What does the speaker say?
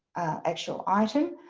actual item.